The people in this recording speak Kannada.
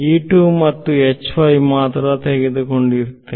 ನಾನು ಮತ್ತು ಮಾತ್ರ ತೆಗೆದುಕೊಂಡಿರುವೆ